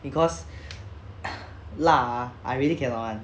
because 辣 ah I really cannot [one]